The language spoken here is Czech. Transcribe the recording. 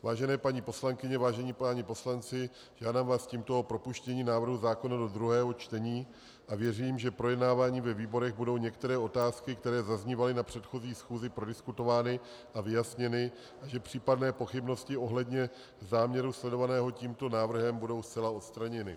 Vážené paní poslankyně, vážení páni poslanci, žádám vás tímto o propuštění návrhu zákona do druhého čtení a věřím, že projednáváním ve výborech budou některé otázky, které zaznívaly na předchozí schůzi, prodiskutovány a vyjasněny a že případné pochybnosti ohledně záměru sledovaného tímto návrhem budou zcela odstraněny.